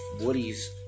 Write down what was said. Woody's